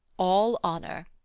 all honour.